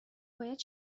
باید